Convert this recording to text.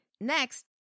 Next